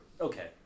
Okay